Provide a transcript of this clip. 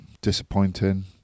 Disappointing